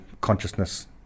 consciousness